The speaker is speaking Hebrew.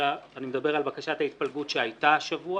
אלא אני מדבר על בקשת ההתפלגות שהייתה השבוע,